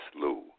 Lou